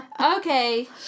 Okay